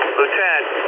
Lieutenant